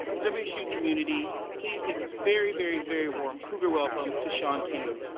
wsu community, please give a very, very, very warm cougar welcome to shaun king.